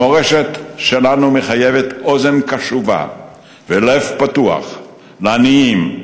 המורשת שלנו מחייבת אוזן קשובה ולב פתוח לעניים,